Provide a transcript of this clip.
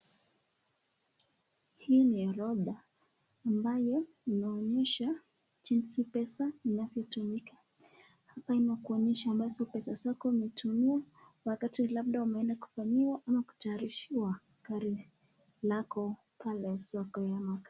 Hii ni orodha ambayo inaonyesha jinsi pesa inavyotumika hapa inakuonyesha ambazo pesa zako umetumia wakati labda umeenda kufanyiwa ama kutayarishiwa gari lako pale soko ya magari.